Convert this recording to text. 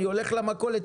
אני הולך למכולת ,